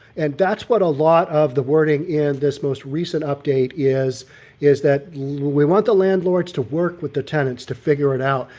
and that's what a lot of the wording in this most recent update is is that we want the landlords to work with the tenants to figure it out.